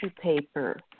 paper